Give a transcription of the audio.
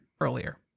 earlier